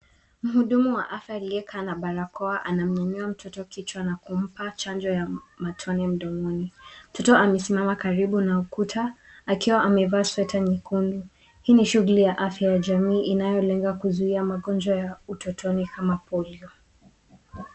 Mhudumu wa afya aliyekaa na barakoa anamnyanyua mtoto kichwa na kumpa chanjo ya matone mdomoni. Mtoto amesimama karibu na ukuta akiwa amevaa sweta nyekundu. Hii ni shughuli ya afya ya jamii inayolenga kuzuia magonjwa ya utotoni kama Polio.